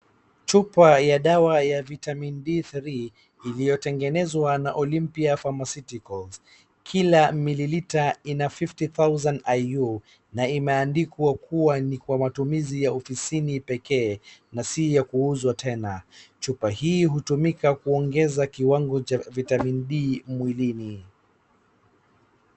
Chupa ya dawa ya Vitamin D three , iliyotengenezwa na Olympia Pharmaceuticals . Kila mililita ina fifty thousand IU na imeandikwa kuwa ni kwa matumizi ya ofisini pekee na si ya kuuzwa tena. Chupa hii hutumika kuongeza kiwango cha Vitamin D mwilini.